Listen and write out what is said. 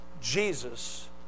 Jesus